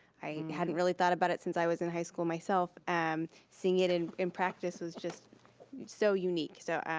i hadn't really thought about it since i was in high school myself, um seeing it in in practice was just so unique, so,